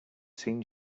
seen